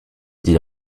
dit